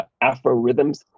Afro-Rhythms